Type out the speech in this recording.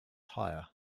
higher